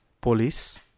police